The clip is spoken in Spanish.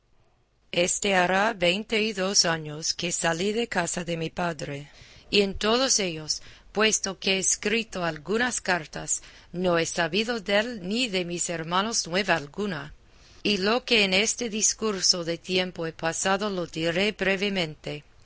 éste hará veinte y dos años que salí de casa de mi padre y en todos ellos puesto que he escrito algunas cartas no he sabido dél ni de mis hermanos nueva alguna y lo que en este discurso de tiempo he pasado lo diré brevemente